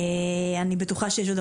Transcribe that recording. אני בטוחה שכמו שאמרת,